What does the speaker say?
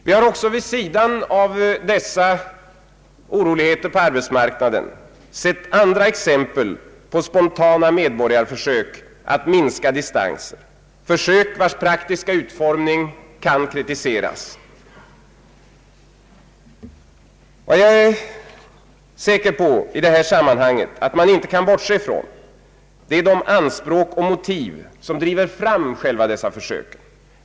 Vi har också vid sidan av dessa oroligheter på arbetsmarknaden sett andra exempel på spontana medborgarförsök att minska distanser, försök vars praktiska utformning kan kritiseras. Vad jag är säker på att man i detta sammanhang inte kan bortse ifrån är de anspråk och motiv som driver fram dessa försök.